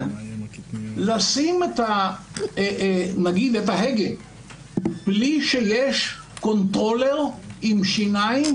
אבל לשים את ההגה בלי שיש קונטרולר עם שיניים,